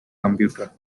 computer